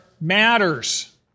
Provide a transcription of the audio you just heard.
matters